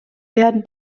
werden